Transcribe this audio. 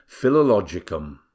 philologicum